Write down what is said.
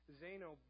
Zeno